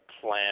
plan